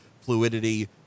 fluidity